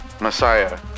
messiah